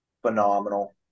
Phenomenal